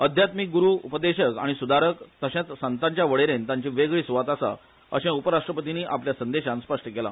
अध्यात्मिक गुरू उपदेशक आनी सुदारक तशेंच संतांच्या वळेरेन तांची वेगळी सुवात आसा अशे उपराष्ट्रपतींनी आपल्या संदेशान स्पष्ट केला